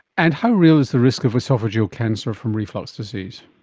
and how real is the risk of oesophageal cancer from reflux disease?